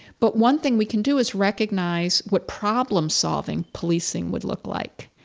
but one thing we can do is recognize what problem-solving policing would look like.